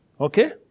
Okay